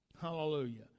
Hallelujah